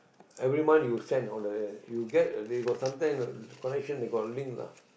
every month you send on the you get they got some time the connection they got link lah